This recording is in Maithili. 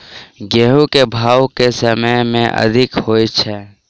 गेंहूँ केँ भाउ केँ समय मे अधिक होइ छै?